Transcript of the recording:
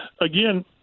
Again